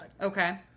Okay